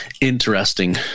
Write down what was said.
Interesting